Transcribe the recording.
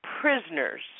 prisoners